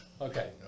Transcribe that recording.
Okay